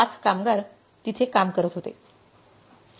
5 कामगार तिथे काम करत होते